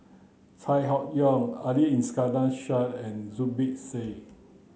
Chai Hon Yoong Ali Iskandar Shah and Zubir Said